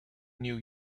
new